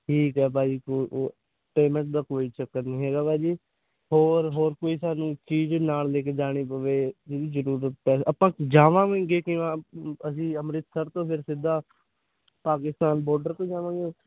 ਠੀਕ ਹੈ ਭਾਜੀ ਕ ਅ ਪੇਮੈਂਟ ਦਾ ਕੋਈ ਚੱਕਰ ਨਹੀਂ ਹੈਗਾ ਭਾਜੀ ਹੋਰ ਹੋਰ ਕੋਈ ਸਾਨੂੰ ਚੀਜ਼ ਨਾਲ ਲੈ ਕੇ ਜਾਣੀ ਪਵੇ ਜਿਹਦੀ ਜ਼ਰੂਰਤ ਪੈ ਆਪਾਂ ਜਾਵਾਂਗੇ ਕਿਵੇਂ ਅਸੀਂ ਅੰਮ੍ਰਿਤਸਰ ਤੋਂ ਫਿਰ ਸਿੱਧਾ ਪਾਕਿਸਤਾਨ ਬੋਡਰ 'ਤੇ ਜਾਵਾਂਗੇ